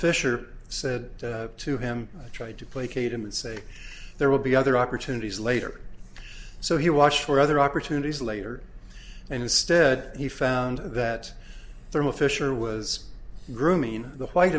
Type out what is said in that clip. fisher said to him i tried to placate him and say there will be other opportunities later so he watched for other opportunities later and instead he found that thermal fisher was grooming the white